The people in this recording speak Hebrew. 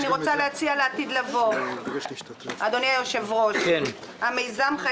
אני רוצה להציע לעתיד לבוא: המיזם הזה